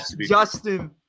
Justin